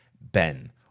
Ben